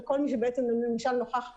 כל מי שרוצה למשל נוכח כאן,